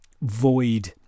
void